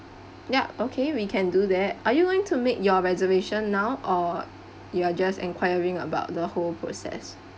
ya okay we can do that are you going to make your reservation now or you're just enquiring about the whole process